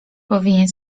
powinien